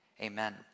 amen